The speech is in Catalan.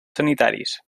sanitaris